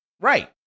Right